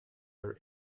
were